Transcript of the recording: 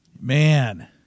Man